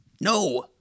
No